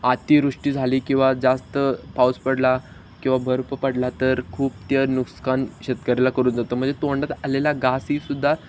अतिवृष्टी झाली किंवा जास्त पाऊस पडला किंवा बर्फ पडला तर खूप ते नुकसान शेतकऱ्याला करून जातं म्हणजे तोंडात आलेला घासही सुद्धा